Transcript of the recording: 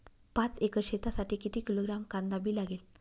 पाच एकर शेतासाठी किती किलोग्रॅम कांदा बी लागेल?